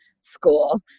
school